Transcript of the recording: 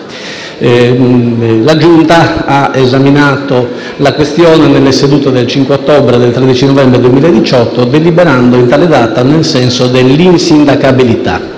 La Giunta ha esaminato la questione nelle sedute del 5 ottobre e del 13 novembre 2018, deliberando in tale data nel senso dell'insindacabilità.